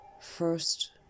First